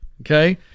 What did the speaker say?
okay